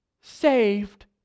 saved